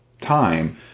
time